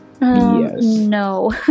no